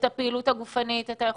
פעילות גופנית ומונעים מאנשים מבוגרים